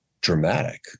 dramatic